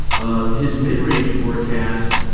his mid range forecast,